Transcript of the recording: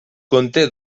conté